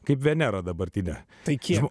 kaip venera dabartinė taikiems